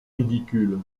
ridicule